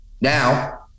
Now